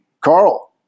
Carl